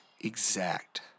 exact